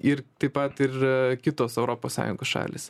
ir taip pat ir kitos europos sąjungos šalys